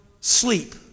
sleep